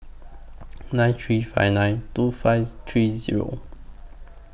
nine three five nine two five three Zero